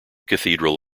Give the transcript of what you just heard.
cathedral